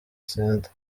center